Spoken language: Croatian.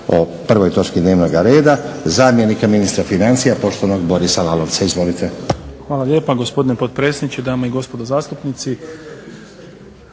o prvoj točci dnevnoga reda, zamjenika ministra financija poštovanog Borisa Lalovca. Izvolite. **Lalovac, Boris** Hvala lijepa gospodine potpredsjedniče, dame i gospodo zastupnici.